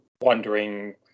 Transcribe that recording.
wondering